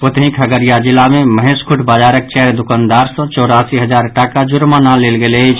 ओतहि खगडिया जिला मे महेशखूंट बाजारक चारि दुकानदार सँ चौरासी हजार टाका जुर्माना लेल गेल अछि